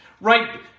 right